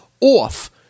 off